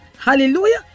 Hallelujah